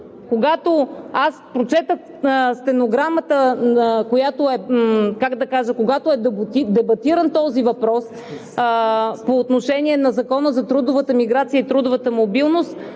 Когато аз прочетох стенограмата, когато е дебатиран този въпрос – по отношение на Закона за трудовата миграция и трудовата мобилност,